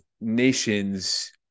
nations